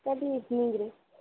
କାଲି ଇଭିନିଙ୍ଗ୍ରେ